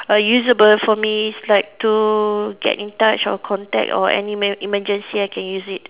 err usable for me it's like to get in touch or contact or any mer~ emergency I can use it